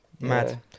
mad